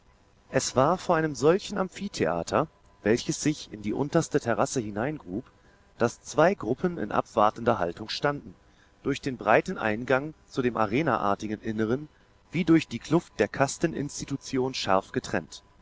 es war vor einem solchen amphitheater welches sich in die unterste terrasse hineingrub daß zwei gruppen in abwartender haltung standen durch den breiten eingang zu dem arenaartigen inneren wie durch die kluft der kasteninstitution scharf getrennt